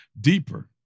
deeper